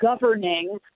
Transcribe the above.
governing